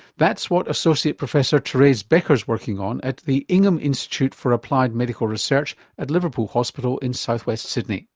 that's what associate professor therese becker's working on at the ingham institute for applied medical research at liverpool hospital in south-west sydney.